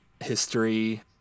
history